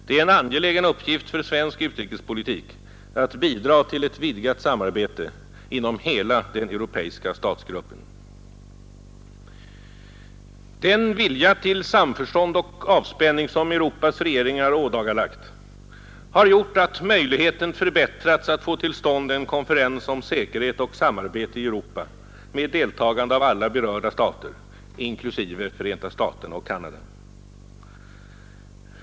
Det är en angelägen uppgift för svensk utrikespolitik att bidra till ett vidgat samarbete inom hela den europeiska statsgruppen. Den vilja till samförstånd och avspänning som Europas regeringar ådagalagt har gjort att möjligheten förbättrats att få till stånd en konferens om säkerhet och samarbete i Europa med deltagande av alla berörda stater inklusive Förenta staterna och Canada.